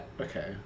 Okay